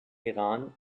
iran